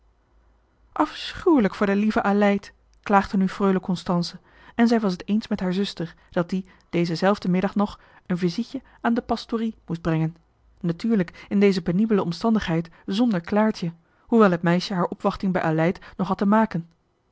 afschuwelijk voor de lieve aleid klaagde nu freule constance en zij was het eens met hare zuster dat die dezen zelfden middag nog een vizietje in de pastrie moest brengen natuurlijk in deze pénible omstandigheid zonder claartje hoewel het meisje haar opwachting bij aleid nog had te maken